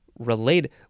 related